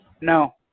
No